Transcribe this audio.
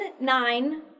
nine